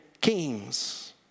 kings